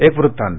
एक वृत्तांत